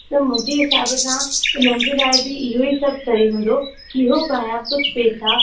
त मुंहिंजे हिसाब सां उन्हनि जे लाइ बि इहो ई सभ सही हूंदो की हू तव्हांजा कुझु पैसा